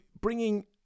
bringing